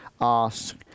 Ask